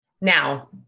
Now